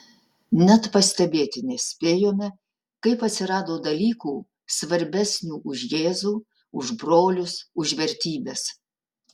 net pastebėti nespėjome kaip atsirado dalykų svarbesnių už jėzų už brolius už vertybes